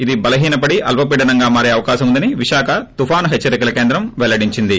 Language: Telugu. ఇది బలహీన పడి అల్సపీడనంగా మారే అవకాశం ఉందని విశాఖ తుపాను హెచ్చరికల కేంద్రం పెల్లడించింది